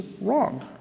wrong